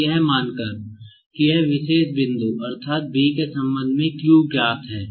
अब यह मानकर कि यह विशेष बिंदु अर्थात B के संबंध में Q ज्ञात है